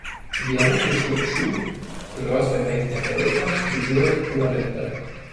viena iš rūšių kurios beveik nebeliko didžioji kuolinga